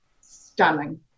stunning